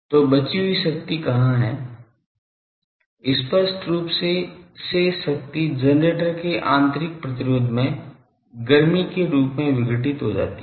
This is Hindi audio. तो बची हुई शक्ति कहां है स्पष्ट रूप से शेष शक्ति जनरेटर के आंतरिक प्रतिरोध में गर्मी के रूप में विघटित हो जाती है